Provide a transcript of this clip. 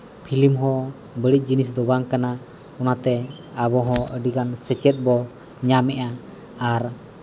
film ᱦᱚᱸ ᱵᱟᱹᱲᱤᱡ ᱡᱤᱱᱤᱥ ᱫᱚ ᱵᱟᱝ ᱠᱟᱱᱟ ᱚᱱᱟ ᱛᱮ ᱟᱵᱚ ᱦᱚᱸ ᱟᱹᱰᱤᱜᱟᱱ ᱥᱮᱪᱮᱫ ᱵᱚ ᱧᱟᱢᱮᱫᱼᱟ ᱟᱨ